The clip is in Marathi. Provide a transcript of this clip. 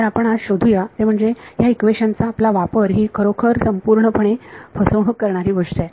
तर आपण आज शोधू या ते म्हणजे ह्या इक्वेशन चा आपला वापर ही खरंतर खूप खूप संपूर्ण पणे फसवणूक आहे